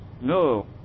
No